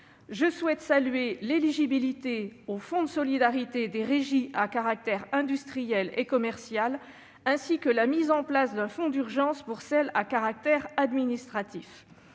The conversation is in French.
Je souhaite saluer l'éligibilité au fonds de solidarité des régies à caractère industriel et commercial, ainsi que la mise en place d'un fonds d'urgence pour les régies à caractère administratif.